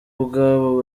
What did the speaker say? ubwabo